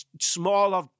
smaller